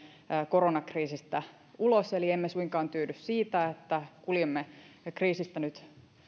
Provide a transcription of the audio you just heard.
koronakriisistä ulos eli emme suinkaan tyydy siihen että kuljemme kriisistä nyt